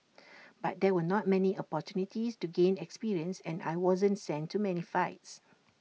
but there were not many opportunities to gain experience and I wasn't sent to many fights